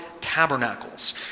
tabernacles